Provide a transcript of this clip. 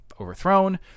overthrown